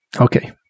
Okay